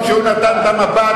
כשהוא נתן את המפה,